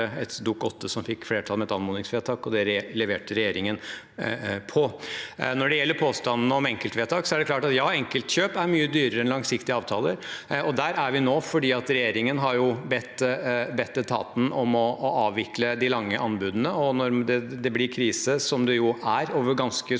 Når det gjelder påstanden om enkeltvedtak, er det klart at enkeltkjøp er mye dyrere enn langsiktige avtaler. Der er vi nå fordi regjeringen har bedt etaten om å avvikle de lange anbudene. Når det blir krise, som det er over ganske store